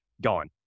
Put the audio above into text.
Gone